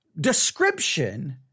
description